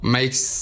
makes